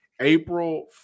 April